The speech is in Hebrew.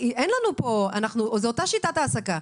זו אותה שיטת העסקה.